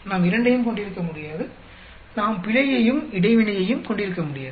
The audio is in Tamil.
நாம் இரண்டையும் கொண்டிருக்க முடியாது நாம் பிழையையும் இடைவினையையும் கொண்டிருக்க முடியாது